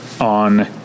on